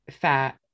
fat